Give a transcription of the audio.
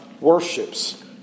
worships